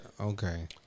Okay